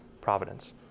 providence